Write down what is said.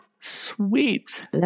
Sweet